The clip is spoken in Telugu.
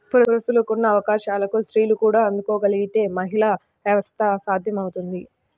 పురుషులకున్న అవకాశాలకు స్త్రీలు కూడా అందుకోగలగితే మహిళా వ్యవస్థాపకత సాధ్యమవుతుంది